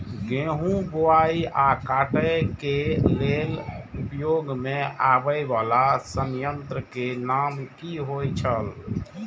गेहूं बुआई आ काटय केय लेल उपयोग में आबेय वाला संयंत्र के नाम की होय छल?